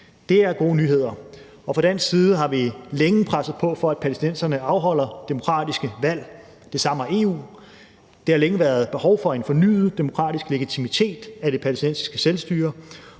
Det er gode nyheder. Og fra dansk side har vi længe presset på for, at palæstinenserne afholder demokratiske valg, og det samme har EU. Der har længe været behov for en fornyet demokratisk legitimitet af det palæstinensiske selvstyre